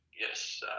yes